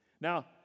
now